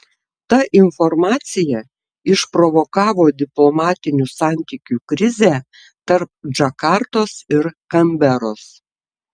ta informacija išprovokavo diplomatinių santykių krizę tarp džakartos ir kanberos